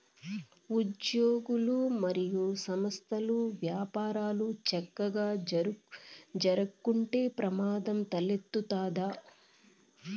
ఉజ్యోగులు, మరియు సంస్థల్ల యపారాలు సక్కగా జరక్కుంటే ప్రమాదం తలెత్తతాది